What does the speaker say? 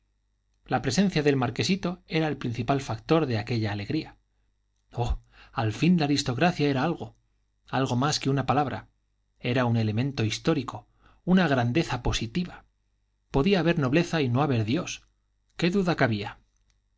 la presencia del marquesito era el principal factor de aquella alegría oh al fin la aristocracia era algo algo más que una palabra era un elemento histórico una grandeza positiva podía haber nobleza y no haber dios qué duda cabía